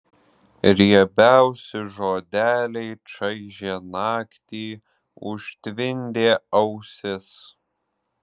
riebiausi žodeliai čaižė naktį užtvindė ausis